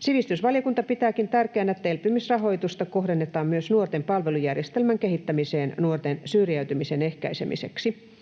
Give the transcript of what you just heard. Sivistysvaliokunta pitääkin tärkeänä, että ”elpymisrahoitusta kohdennetaan myös nuorten palvelujärjestelmän kehittämiseen nuorten syrjäytymisen ehkäisemiseksi”.